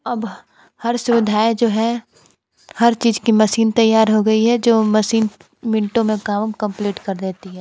अब हर सुविधाएँ है जो है हर चीज की मशीन तैयार हो गई है जो मशीन मिनटों में काम कंप्लीट कर देती है